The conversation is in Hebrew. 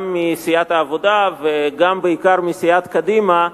גם מסיעת העבודה וגם, בעיקר, מסיעת קדימה,